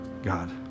God